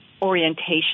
Orientation